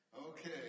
Okay